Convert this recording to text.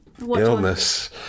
illness